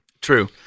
True